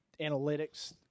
analytics